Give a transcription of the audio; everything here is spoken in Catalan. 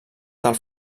del